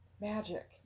Magic